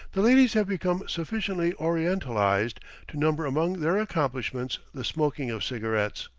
the ladies have become sufficiently orientalized to number among their accomplishments the smoking of cigarettes.